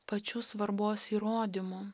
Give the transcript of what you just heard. pačių svarbos įrodymu